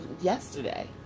Yesterday